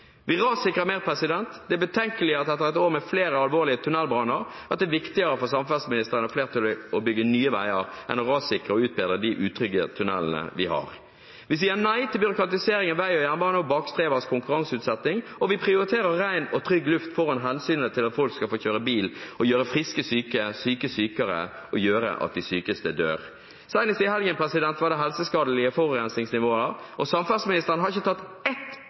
Vi rassikrer mer. Det er betenkelig etter et år med flere alvorlige tunnelbranner at det er viktigere for samferdselsministeren og flertallet å bygge nye veier enn å rassikre og utbedre de utrygge tunnelene vi har. Vi sier nei til byråkratisering av vei og jernbane og bakstreversk konkurranseutsetting, og vi prioriterer ren og trygg luft foran hensynet til at folk skal få kjøre bil, og med det gjøre friske syke og syke sykere, og gjøre at de sykeste dør. Senest i helgen var det helseskadelige forurensingsnivåer. Samferdselsministeren har ikke tatt